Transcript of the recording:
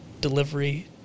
delivery